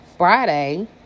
Friday